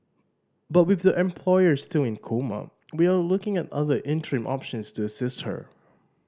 but with the employer still in coma we are looking at other interim options to assist her